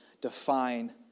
define